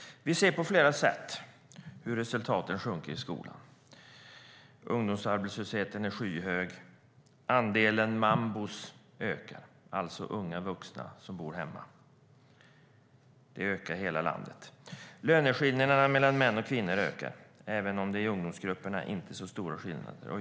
Vi ser på flera sätt hur resultaten sjunker i skolan. Ungdomsarbetslösheten är skyhög. Andelen mambor, alltså unga vuxna som bor hemma, ökar i hela landet. Löneskillnaderna mellan män och kvinnor ökar, även om det i ungdomsgrupperna inte är så stora skillnader.